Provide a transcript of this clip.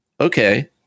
Okay